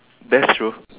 that's true